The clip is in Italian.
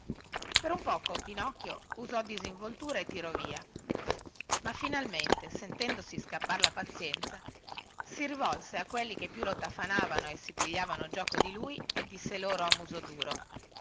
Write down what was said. per un poco pinocchio usò disinvoltura e tirò via ma finalmente sentendosi scappar la pazienza si rivolse a quelli che più lo tafanavano e si pigliavano gioco di lui e disse loro a muso duro